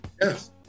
Yes